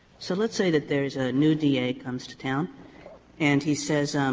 so let's say that there is a new d a. comes to town and he says,